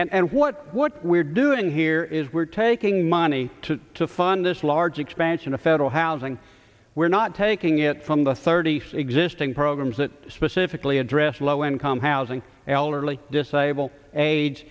and what we're doing here is we're taking money to fund this large expansion of federal housing we're not taking it from the thirty suggesting programs that specifically address low income housing elderly disabled age